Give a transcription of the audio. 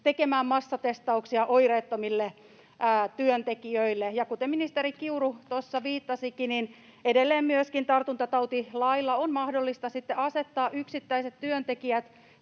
myöskin massatestauksia oireettomille työntekijöille. Kuten ministeri Kiuru tuossa viittasikin, edelleen myöskin tartuntatautilailla on mahdollista asettaa yksittäiset työntekijät